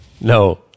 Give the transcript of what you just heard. No